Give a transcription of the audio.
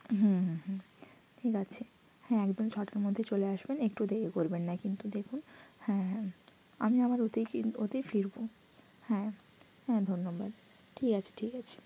হুম হুম হুম ঠিক আছে হ্যাঁ একদম ছটার মধ্যে চলে আসবেন একটুও দেরি করবেন না কিন্তু দেখুন হ্যাঁ হ্যাঁ আমি আবার ওতেই কিন ওতেই ফিরবো হ্যাঁ হ্যাঁ ধন্যবাদ ঠিক আছে ঠিক আছে